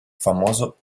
famoso